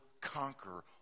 conquer